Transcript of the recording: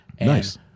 Nice